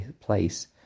place